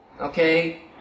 Okay